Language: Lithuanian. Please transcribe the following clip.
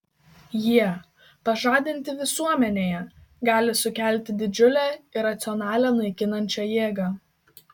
jie pažadinti visuomenėje gali sukelti didžiulę iracionalią naikinančią jėgą